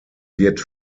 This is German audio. wird